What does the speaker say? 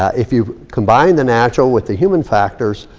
ah if you combine the natural with the human factors,